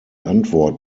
antwort